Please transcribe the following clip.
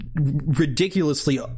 ridiculously